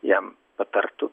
jam patartų